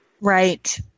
Right